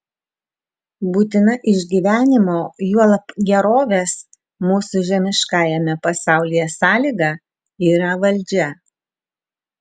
būtina išgyvenimo juolab gerovės mūsų žemiškajame pasaulyje sąlyga yra valdžia